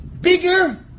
bigger